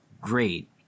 great